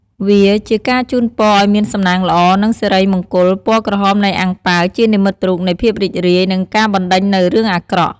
វាជាការជួនពរឲ្យមានសំណាងល្អនិងសិរីមង្គល ពណ៌ក្រហមនៃអាំងប៉ាវជានិមិត្តរូបនៃភាពរីករាយ និងការបណ្ដេញនូវរឿងអាក្រក់។